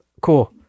cool